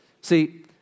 See